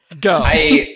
Go